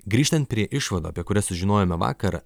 grįžtant prie išvadų apie kurias sužinojome vakar